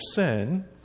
sin